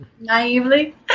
naively